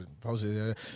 posted